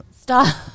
Stop